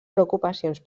preocupacions